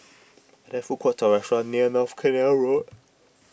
there food courts or restaurants near North Canal Road